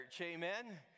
Amen